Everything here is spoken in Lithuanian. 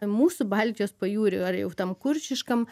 mūsų baltijos pajūriu ar jau tam kuršiškam